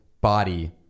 body